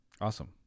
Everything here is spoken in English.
awesome